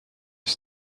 siis